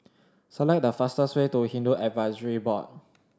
select the fastest way to Hindu Advisory Board